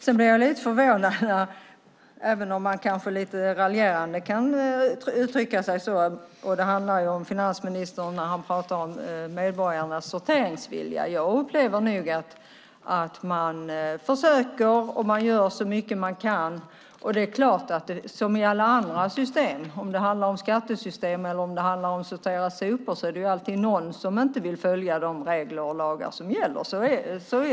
Sedan blir jag lite förvånad, även om man lite raljerande kan uttrycka sig så, när finansministern talar om medborgarnas sorteringsvilja. Jag upplever nog att man försöker och gör så mycket man kan. I alla system, det må handla om skattesystem eller om att sortera sopor, finns det alltid någon som inte vill följa de regler och lagar som gäller.